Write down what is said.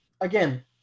again